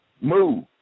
move